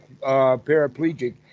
paraplegic